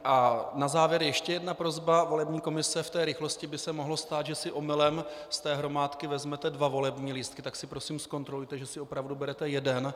A na závěr ještě jedna prosba: Volební komise v té rychlosti by se mohlo stát, že si omylem z té hromádky vezmete dva volební lístky, tak si prosím zkontrolujte, že si opravdu berete jeden.